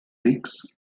rics